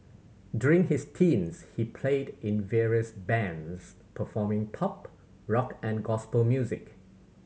during his teens he played in various bands performing pop rock and gospel music